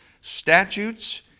statutes